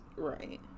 Right